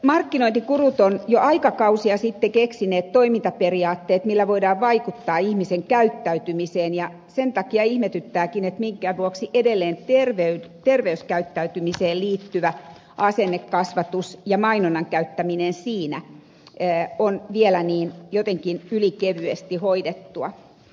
markkinointigurut ovat jo aikakausia sitten keksineet toimintaperiaatteet millä voidaan vaikuttaa ihmisen käyttäytymiseen ja sen takia ihmetyttääkin minkä vuoksi edelleen terveyskäyttäytymiseen liittyvä asennekasvatus ja mainonnan käyttäminen siinä on vielä jotenkin ylikevyesti hoidettua